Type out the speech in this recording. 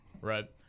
Right